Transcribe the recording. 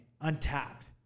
untapped